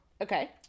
Okay